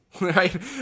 Right